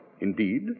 Indeed